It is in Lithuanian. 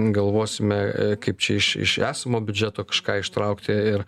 galvosime kaip čia iš iš esamo biudžeto kažką ištraukti ir